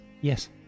Yes